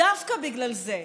דווקא בגלל זה,